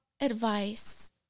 advice